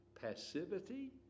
passivity